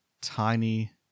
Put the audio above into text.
tiny